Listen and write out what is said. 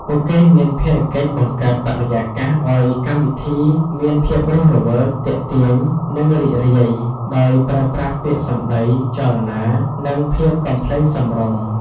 ពួកគេមានភារកិច្ចបង្កើតបរិយាកាសឱ្យកម្មវិធីមានភាពរស់រវើក ទាក់ទាញ និងរីករាយ ដោយប្រើប្រាស់ពាក្យសម្ដី ចលនា និងភាពកំប្លែងសមរម្យ។